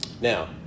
Now